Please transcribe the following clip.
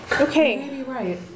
Okay